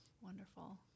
Wonderful